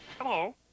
Hello